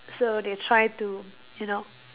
so they try to you know